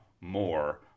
more